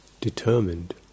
determined